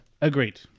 agreed